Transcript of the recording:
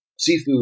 seafood